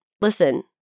listen